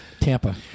Tampa